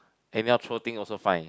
anyhow throw thing also fine